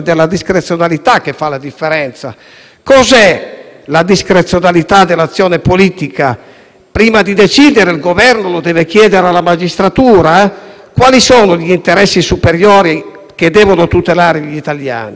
Prima di decidere il Governo deve chiedere alla magistratura? Quali sono gli interessi superiori che devono tutelare gli italiani? Sennonché è successo questo: la politica negli ultimi anni - lo riconoscono studiosi seri